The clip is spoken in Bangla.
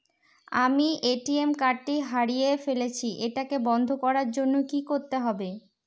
আমি এ.টি.এম কার্ড টি হারিয়ে ফেলেছি এটাকে বন্ধ করার জন্য কি করতে হবে?